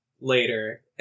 later